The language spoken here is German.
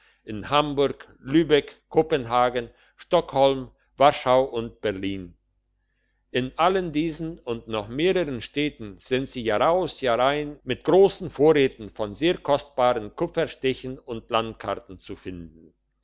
in hamburg lübeck kopenhagen stockholm warschau und berlin in allen diesen und noch mehrern städten sind sie jahraus jahrein mit grossen vorräten von sehr kostbaren kupferstichen und landkarten zu finden